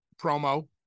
promo